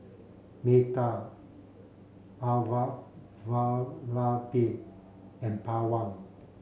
Medha Elattuvalapil and Pawan